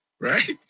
right